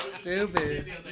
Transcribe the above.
Stupid